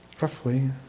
Roughly